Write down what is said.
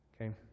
Okay